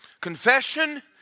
Confession